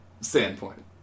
standpoint